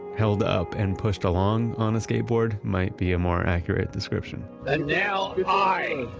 held up and pushed along on a skateboard might be a more accurate description and now i,